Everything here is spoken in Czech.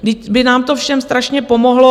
Vždyť by nám to všem strašně pomohlo.